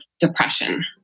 depression